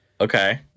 Okay